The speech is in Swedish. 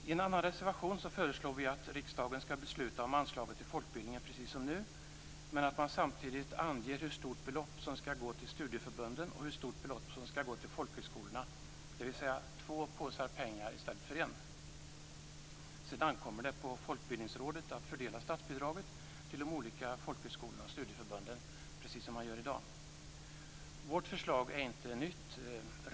I en annan reservation föreslår vi att riksdagen skall besluta om anslaget till folkbildningen precis som nu, men att man samtidigt anger hur stort belopp som skall gå till studieförbunden och hur stort belopp som skall gå till folkhögskolorna, dvs. två påsar pengar i stället för en. Sedan ankommer det på Folkbildningsrådet att fördela statsbidraget till de olika folkhögskolorna och studieförbunden, precis som man gör i dag. Vårt förslag är inte nytt.